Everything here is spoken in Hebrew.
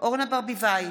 אורנה ברביבאי,